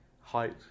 height